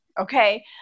okay